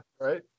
right